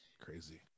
Crazy